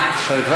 בחקירות,